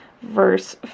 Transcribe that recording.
verse